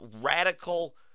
radical